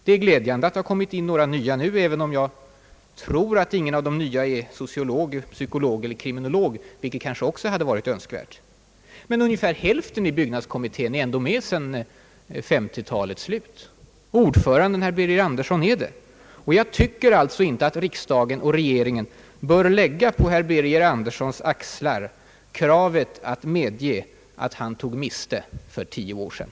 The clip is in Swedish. Det är glädjande att det har kommit in några nya nu, även om jag tror att ingen av de nya är sociolog, psykolog eller kriminolog, vilket kanske också hade varit önskvärt. Men ungefär hälften i byggnadskommittén är med sedan 1950 talets slut; ordföranden herr Birger Andersson är det. Jag tycker alltså inte att riksdagen och regeringen bör lägga på herr Birger Anderssons axlar kravet att medge att han tog miste för tio år sedan.